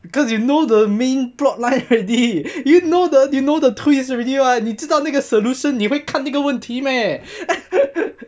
because you know the main plot line already you know the you know the two years already [what] 你知道那个 solution 你会看这个问题 meh